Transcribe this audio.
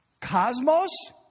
cosmos